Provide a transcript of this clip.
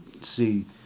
see